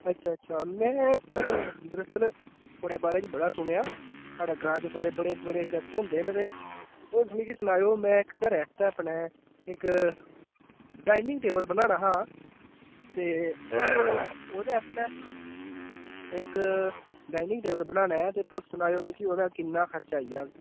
अच्छा अच्छा में दरअसल थुआड़े बारै च बड़ा सुनेआ स्हाड़े ग्रांऽ च थुआड़े बड़े बड़े चर्चे होंदे न ते तुस मिकी सनाएयो मै इक घरेै आस्तै अपने इक डाइनिंग टेबल बनाना हा ते ओह्दे आस्तै इक डाइनिंग टेबल बनाना ते तुस सनाएयो मिकी ओह्दा किन्ना खर्चा आई जाह्ग